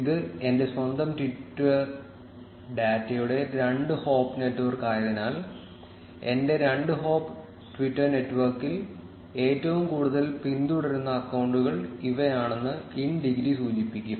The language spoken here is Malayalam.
ഇത് എന്റെ സ്വന്തം ട്വിറ്റർ ഡാറ്റയുടെ രണ്ട് ഹോപ്പ് നെറ്റ്വർക്കായതിനാൽ എന്റെ രണ്ട് ഹോപ്പ് ട്വിറ്റർ നെറ്റ്വർക്കിൽ ഏറ്റവും കൂടുതൽ പിന്തുടരുന്ന അക്കൌണ്ടുകൾ ഇവയാണെന്ന് ഇൻ ഡിഗ്രി സൂചിപ്പിക്കും